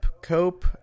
Cope